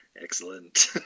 excellent